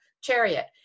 chariot